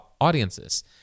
audiences